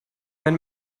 wenn